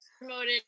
Promoted